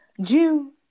June